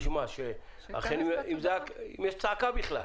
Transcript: נשמע אם יש צעקה בכלל.